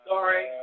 Sorry